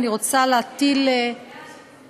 ואני רוצה להטיל, לאן?